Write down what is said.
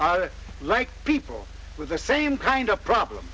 are like people with the same kind of problem